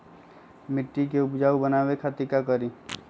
मिट्टी के उपजाऊ बनावे खातिर का करी?